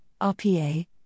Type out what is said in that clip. RPA